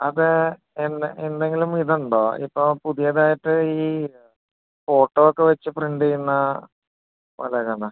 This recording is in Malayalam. അതെ എന്നെങ്കിലും ഇതുണ്ടോ ഇപ്പം പുതിയതായിട്ട് ഈ ഫോട്ടോയൊക്കെ വച്ചു പ്രിൻ്റ് ചെയ്യുന്നത് വല്ലതും കാണൂമോ